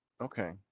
Okay